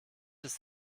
ist